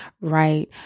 right